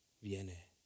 Viene